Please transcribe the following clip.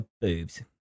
Boobs